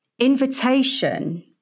invitation